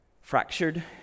fractured